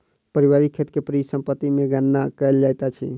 पारिवारिक खेत के परिसम्पत्ति मे गणना कयल जाइत अछि